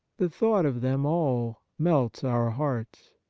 the thought of them all melts our hearts.